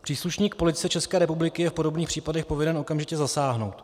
Příslušník Policie České republiky je v podobných případech povinen okamžitě zasáhnout.